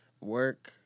Work